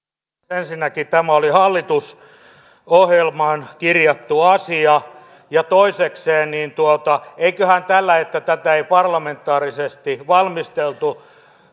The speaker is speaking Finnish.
ensinnäkin tämä oli hallitusohjelmaan kirjattu asia ja toisekseen eiköhän tällä että tätä ei parlamentaarisesti valmisteltu